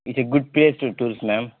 is a good place to tours ma'am